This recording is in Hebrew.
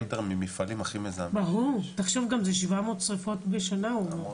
הרבה פעמים המפעלים הכי מזהמים --- ברור זה 700 שריפות בשנה הוא אומר.